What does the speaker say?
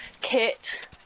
kit